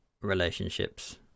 relationships